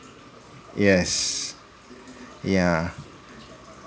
yes yeah